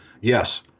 yes